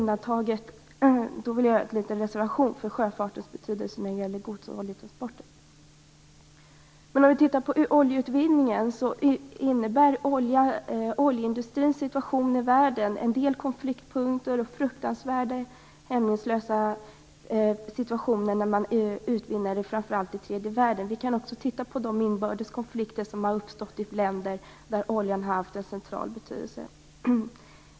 Dock vill jag göra en liten reservation för sjöfartens betydelse för gods och oljetransporter. Oljeindustrins oljeutvinning i världen innebär en del konfliktpunkter och fruktansvärda hämningslösa situationer, framför allt i tredje världen. Inbördes konflikter har också uppstått i länder där oljan har haft en central betydelse.